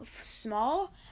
small